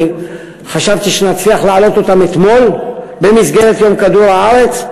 חשבתי שנצליח להעלות אותן אתמול במסגרת יום כדור-הארץ.